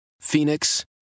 Phoenix